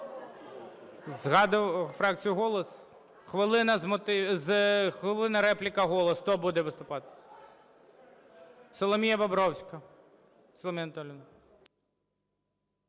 Згадував фракцію "Голос"? Хвилина, репліка. "Голос", хто буде виступати? Соломія Бобровська. Соломія Анатоліївна.